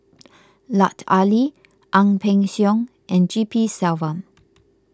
Lut Ali Ang Peng Siong and G P Selvam